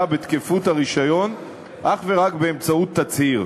בתקפות הרישיון אך ורק באמצעות תצהיר,